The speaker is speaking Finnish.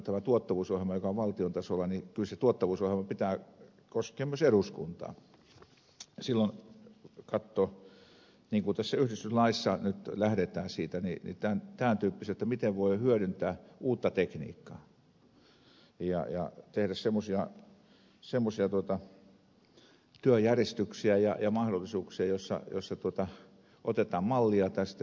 mutta sitten on tämä tuottavuusohjelma joka on valtion tasolla niin kyllä sen tuottavuusohjelman pitää koskea myös eduskuntaa silloin katsoa niin kuin tässä yhdistyslaissa nyt lähteä tämän tyyppisesti miten voi hyödyntää uutta tekniikkaa ja tehdä semmoisia työjärjestyksiä ja mahdollisuuksia joissa otetaan mallia tästä